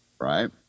right